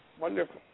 Wonderful